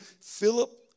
Philip